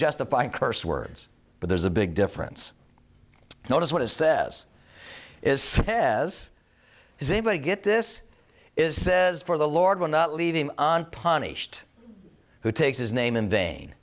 justifying curse words but there's a big difference notice what it says is ten is is anybody get this is says for the lord will not leave him on punished who takes his name in vain